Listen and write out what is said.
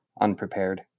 unprepared